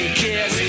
kiss